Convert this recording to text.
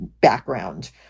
background